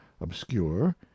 obscure